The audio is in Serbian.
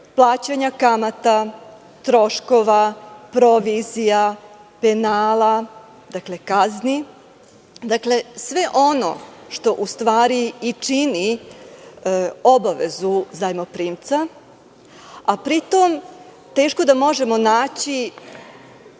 plaćanja kamata, troškova, provizija, penala, dakle kazni. Dakle sve ono u stvari i čini obavezu zajmoprimca, a pri tom teško da možemo naći